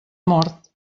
mort